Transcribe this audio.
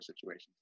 situations